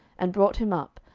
and brought him up,